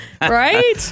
right